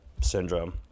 syndrome